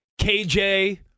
KJ